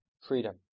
freedom